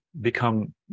become